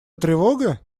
тревога